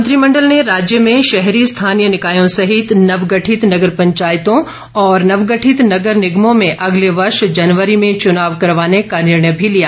मंत्रिमंडल ने राज्य में शहरी स्थानीय निकायों सहित नवगठित नगर पंचायतों और नवगठित नगर निगमों में अगले वर्ष जनवरी में चुनाव करवाने का निर्णय भी लिया